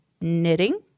knitting